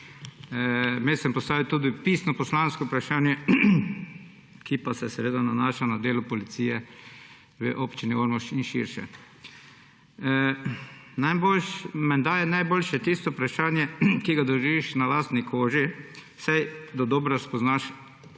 Vmes sem postavil tudi pisno poslansko vprašanje, ki se nanaša na delo policije v Občini Ormož in širše. Menda je najboljše tisto vprašanje, ki ga doživiš na lastni koži, saj dodobra spoznaš